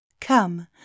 Come